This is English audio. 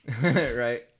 right